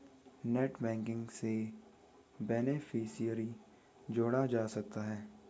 net banking से beneficiary जोड़ा जा सकता है